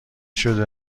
شده